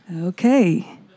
Okay